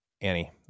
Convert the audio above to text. Annie